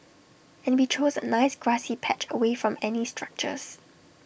and we chose A nice grassy patch away from any structures